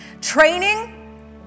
Training